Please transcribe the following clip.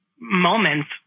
moments